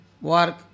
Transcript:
work